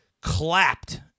clapped